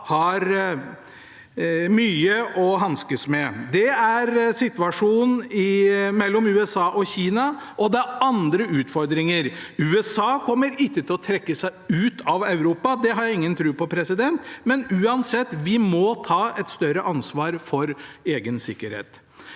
har mye å hanskes med. Det er situasjonen mellom USA og Kina, og det er andre utfordringer. USA kommer ikke til å trekke seg ut av Europa – det har jeg ingen tro på – men uansett: Vi må ta et større ansvar for egen sikkerhet.